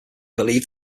believe